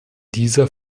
dieser